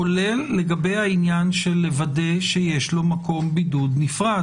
כולל לוודא שיש לו מקום בידוד נפרד,